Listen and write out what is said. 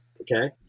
Okay